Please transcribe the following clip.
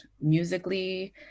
musically